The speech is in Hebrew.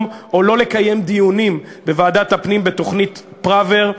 או לא לקיים דיונים בוועדת הפנים בתוכנית פראוור.